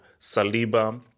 Saliba